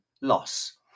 loss